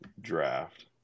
draft